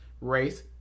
race